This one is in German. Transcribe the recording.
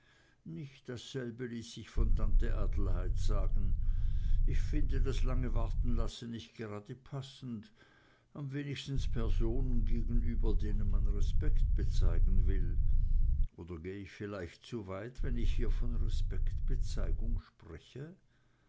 nicht dasselbe ließ sich von tante adelheid sagen ich finde das lange wartenlassen nicht gerade passend am wenigsten personen gegenüber denen man respekt bezeigen will oder geh ich vielleicht zu weit wenn ich hier von respektbezeigung spreche